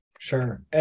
Sure